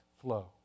flow